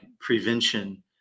prevention